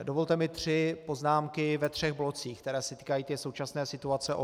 Dovolte mi tři poznámky ve třech blocích, které se týkají současné situace OKD.